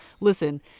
Listen